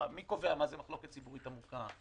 מי קובע מה זאת מחלוקת ציבורית עמוקה?